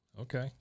Okay